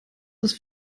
ist